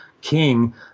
king